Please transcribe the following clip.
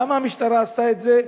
למה המשטרה עשתה את זה?